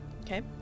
Okay